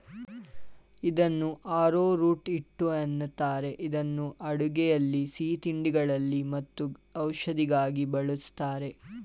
ಇದನ್ನು ಆರೋರೂಟ್ ಹಿಟ್ಟು ಏನಂತಾರೆ ಇದನ್ನು ಅಡುಗೆಯಲ್ಲಿ ಸಿಹಿತಿಂಡಿಗಳಲ್ಲಿ ಮತ್ತು ಔಷಧಿಗಾಗಿ ಬಳ್ಸತ್ತರೆ